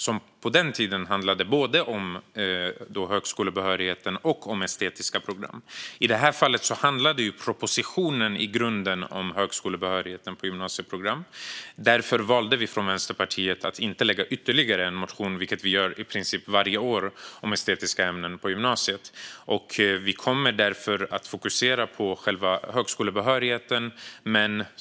Den handlade på den tiden om både högskolebehörigheten och estetiska program. I det här fallet handlade propositionen i grunden om högskolebehörigheten på gymnasieprogram. Därför valde vi från Vänsterpartiet att inte lägga fram ytterligare en motion, vilket vi gör i princip varje år om estetiska ämnen på gymnasiet. Vi kommer därför att fokusera på själva högskolebehörigheten.